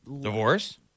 Divorce